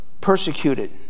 persecuted